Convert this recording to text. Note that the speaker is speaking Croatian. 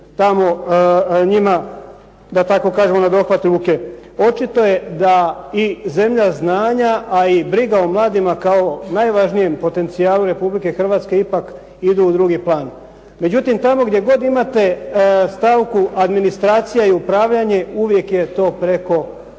tamo njima, da tako kažemo, na dohvat ruke. Očito je da i zemlja znanja, a i briga o mladima kao najvažnijem potencijalu Republike Hrvatske ipak idu u drugi plan. Međutim, tamo gdje god imate stavku administracija i upravljanje uvijek je to preko